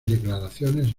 declaraciones